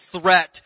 threat